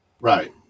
Right